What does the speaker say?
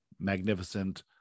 magnificent